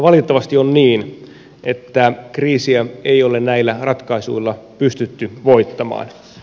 valitettavasti on niin että kriisiä ei ole näillä ratkaisuilla pystytty voittamaan